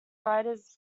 writers